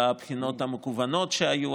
בבחינות המקוונות שהיו,